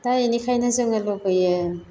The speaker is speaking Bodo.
दा बेनिखायनो जोङो लुबैयो